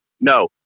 No